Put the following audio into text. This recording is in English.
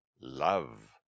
love